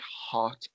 hot